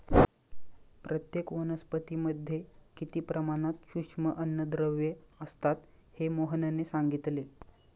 प्रत्येक वनस्पतीमध्ये किती प्रमाणात सूक्ष्म अन्नद्रव्ये असतात हे मोहनने सांगितले